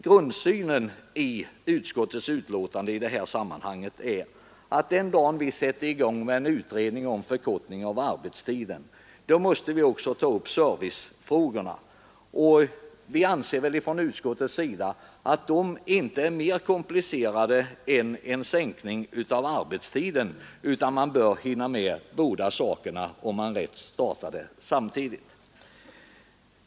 Grundsynen i utskottets betänkande i detta sammanhang är att den dag vi sätter i gång en utredning om förkortning av arbetstiden måste vi också ta upp servicefrågorna. Vi anser från utskottets sida att de inte är mer komplicerade än en förkortning av arbetstiden, och man bör hinna med båda sakerna om man på rätt sätt startar arbetet med dem samtidigt.